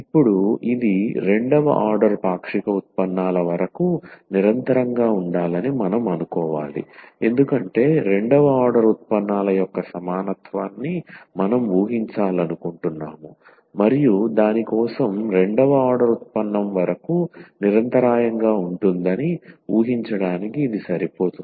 ఇప్పుడు ఇది రెండవ ఆర్డర్ పాక్షిక ఉత్పన్నాల వరకు నిరంతరంగా ఉండాలని మనం అనుకోవాలి ఎందుకంటే రెండవ ఆర్డర్ ఉత్పన్నాల యొక్క సమానత్వాన్ని మనం ఊహించాలనుకుంటున్నాము మరియు దాని కోసం రెండవ ఆర్డర్ ఉత్పన్నం వరకు నిరంతరాయంగా ఉంటుందని ఊహించడానికి ఇది సరిపోతుంది